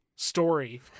Story